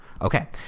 Okay